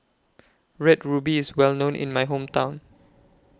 Red Ruby IS Well known in My Hometown